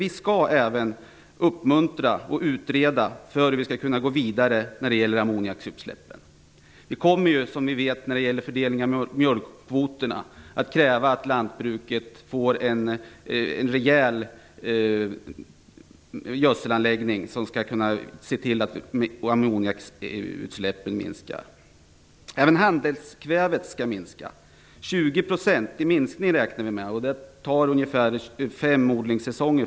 Vi skall även utreda hur vi kan gå vidare när det gäller ammoniakutsläppen. När det gäller fördelningen av mjölkkvoterna kommer vi, som ni vet, att kräva att lantbruket får en rejäl gödselanläggning för att ammoniakutsläppen skall minska. Även handelskvävet skall minska. Vi räknar med en minskning på 20 %, vilket tar ungefär 25 odlingssäsonger.